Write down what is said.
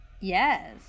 Yes